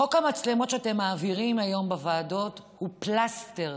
חוק המצלמות שאתם מעבירים היום בוועדות הוא פלסטר,